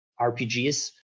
RPGs